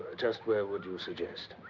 just where would you suggest?